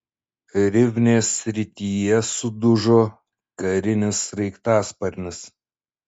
rivnės srityje sudužo karinis sraigtasparnis